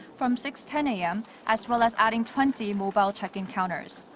from six ten am, as well as adding twenty mobile check-in counters.